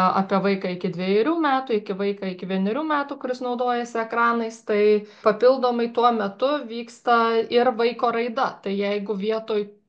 apie vaiką iki dvejerių metų iki vaiką iki vienerių metų kuris naudojasi ekranais tai papildomai tuo metu vyksta ir vaiko raida tai jeigu vietoj